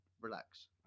relax